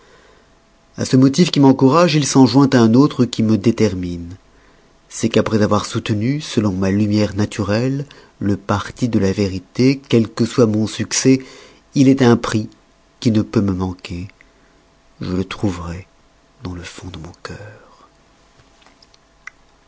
à ce motif qui m'encourage il s'en joint un autre qui me détermine c'est qu'après avoir soutenu selon ma lumiere naturelle le parti de la vérité quel que soit mon succès il est un prix qui ne peut me manquer je le trouverai dans le fond de mon cœur